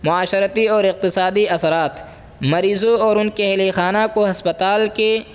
معاشرتی اور اقتصادی اثرات مریضوں اور ان کے اہل خانہ کو ہسپتال کے